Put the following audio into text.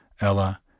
Ella